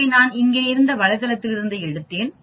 இதை நான் இங்கே இருந்த வலைத்தளத்திலிருந்து எடுத்தேன்